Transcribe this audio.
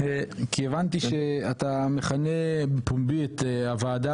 הבנתי שאתה מכנה בפומבי את הוועדה